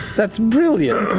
that's brilliant.